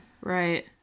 Right